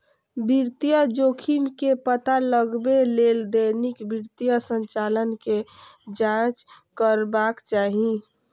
वित्तीय जोखिम के पता लगबै लेल दैनिक वित्तीय संचालन के जांच करबाक चाही